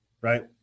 right